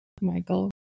Michael